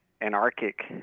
anarchic